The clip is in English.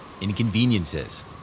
inconveniences